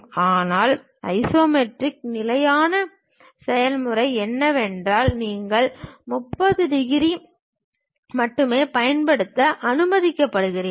ஆனால் ஐசோமெட்ரிக்கின் நிலையான செயல்முறை என்னவென்றால் நீங்கள் 30 டிகிரி மட்டுமே பயன்படுத்த அனுமதிக்கப்படுகிறீர்கள்